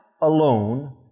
alone